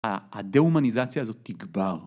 הדה-הומניזציה הזאת תגבר.